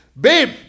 babe